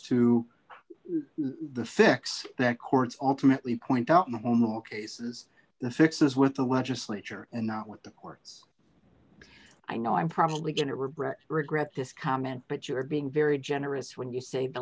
to the fix that courts alternately point out more cases the fixes with the legislature and not with the courts i know i'm probably going to regret regret this comment but you are being very generous when you say the